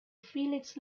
felix